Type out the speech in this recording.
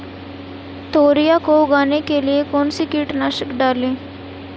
तोरियां को उगाने के लिये कौन सी कीटनाशक डालें?